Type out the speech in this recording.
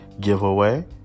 giveaway